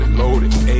loaded